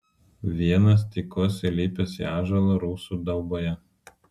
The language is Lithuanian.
vienas tykos įlipęs į ąžuolą rusų dauboje